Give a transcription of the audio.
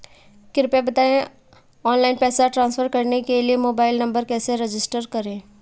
कृपया बताएं ऑनलाइन पैसे ट्रांसफर करने के लिए मोबाइल नंबर कैसे रजिस्टर करें?